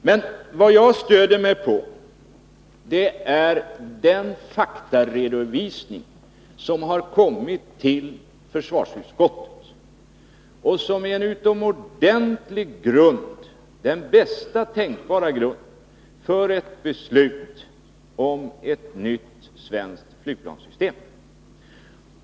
Men vad jag stöder mig på är den faktaredovisning som har lämnats till försvarsutskottet och som är en utomordentlig grund — den bästa tänkbara grunden -— för ett beslut om ett nytt svenskt flygplanssystem.